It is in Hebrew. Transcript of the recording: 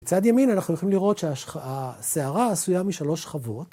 מצד ימין אנחנו יכולים לראות שהשערה עשויה משלוש שכבות.